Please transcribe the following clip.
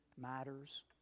matters